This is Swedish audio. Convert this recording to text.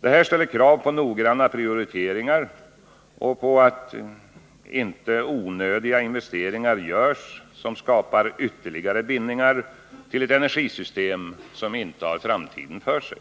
Detta ställer krav på noggranna prioriteringar och på att inte onödiga investeringar görs som skapar ytterligare bindningar till ett energisystem som inte har framtiden för sig.